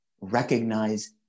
recognize